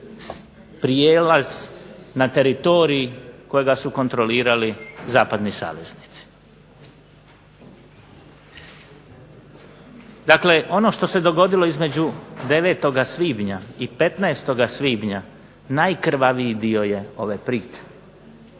prijelaz na teritorij kojega su kontrolirali zapadni saveznici. Dakle, ono što se dogodilo između 9. svibnja i 15. svibnja najkrvaviji dio je ove priče.